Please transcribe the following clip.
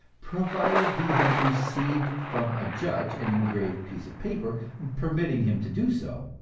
provided he has received from a judge an engraved piece of paper permitting him to do so.